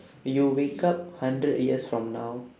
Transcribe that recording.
you wake up hundred years from now